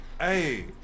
hey